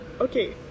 Okay